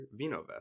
VinoVest